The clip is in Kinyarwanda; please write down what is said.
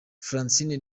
francine